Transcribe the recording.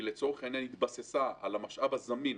היא התבססה על המשאב הזמין,